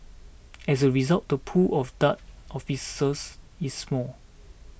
as a result the pool of Dart officers is small